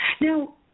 Now